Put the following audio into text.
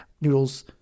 noodles